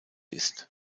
ist